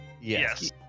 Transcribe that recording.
Yes